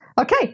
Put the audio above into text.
Okay